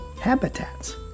habitats